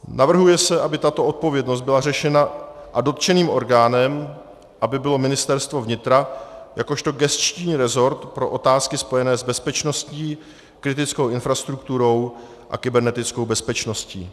Navrhuje se, aby tato odpovědnost byla řešena a dotčeným orgánem aby bylo Ministerstvo vnitra jakožto gesční rezort pro otázky spojené s bezpečností, kritickou infrastrukturou a kybernetickou bezpečností.